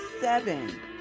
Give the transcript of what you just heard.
seven